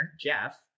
Jeff